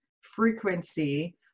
frequency